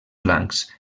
blancs